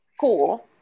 Cool